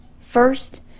First